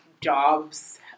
jobs